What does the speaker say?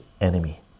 enemy